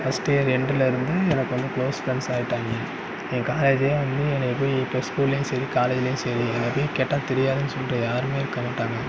first year எண்டிலிருந்து எனக்கு வந்து குளோஸ் ஃப்ரெண்ட்ஸாயிட்டாங்க எங்கள் காலேஜே வந்து என்னை போய் எங்கள் ஸ்கூல்லையும் சரி காலேஜ்லையும் சரி என்னை போய் கேட்டால் தெரியாதுன்னு சொல்லிட்டு யாருமே இருக்க மாட்டாங்க